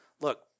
look